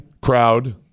crowd